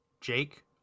jake